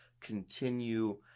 continue